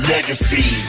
Legacy